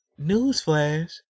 Newsflash